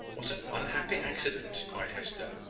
what an unhappy accident! cried hester.